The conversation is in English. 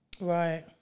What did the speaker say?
Right